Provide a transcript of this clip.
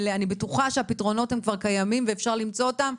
אני בטוחה שהפתרונות כבר קיימים ואפשר למצוא אותם,